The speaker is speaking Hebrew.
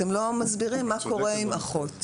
אתם לא מסבירים מה קורה עם אחות.